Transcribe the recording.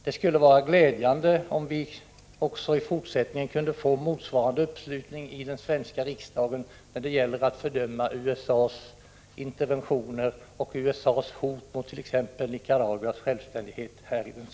Det skulle vara glädjande om vi i fortsättningen kunde få motsvarande uppslutning i den svenska riksdagen när det gäller att fördöma USA:s interventioner och USA:s hot mot t.ex. Nicaraguas självständighet.